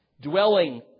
dwelling